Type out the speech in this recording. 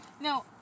no